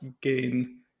gain